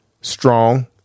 strong